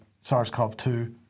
SARS-CoV-2